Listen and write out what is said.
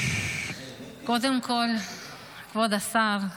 כבוד השר,